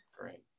Great